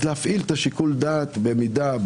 אז להפעיל את שיקול הדעת במידה,